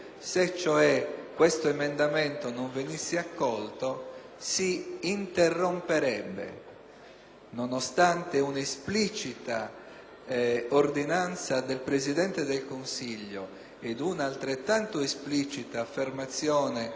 nonostante un'esplicita ordinanza del Presidente del Consiglio ed una altrettanto esplicita affermazione del sottosegretario Bertolaso resa qualche giorno fa alla Camera, la fase di